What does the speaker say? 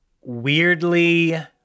weirdly